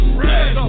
red